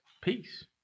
Peace